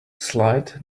slide